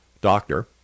doctor